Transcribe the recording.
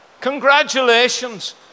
congratulations